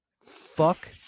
fuck